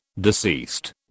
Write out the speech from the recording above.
deceased